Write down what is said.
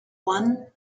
one